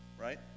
right